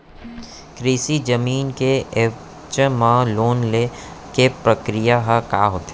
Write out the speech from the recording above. कृषि जमीन के एवज म लोन ले के प्रक्रिया ह का होथे?